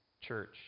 church